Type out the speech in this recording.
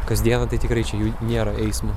kasdieną tai tikrai čia jų nėra eismo